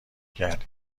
کردی